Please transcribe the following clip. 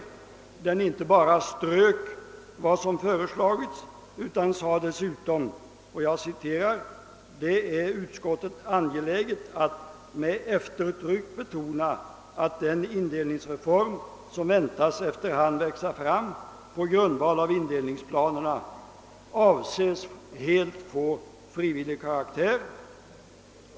Konstitutionsutskottet inte bara strök vad som föreslagits utan sade dessutom: »Det är utskottet angeläget att med eftertryck betona att den indelningsreform, som väntas efter hand växa fram på grundval av indelningsplanerna, avses helt få frivillig karaktär.